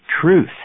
truth